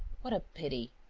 what a pity.